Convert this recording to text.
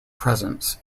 presence